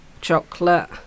chocolate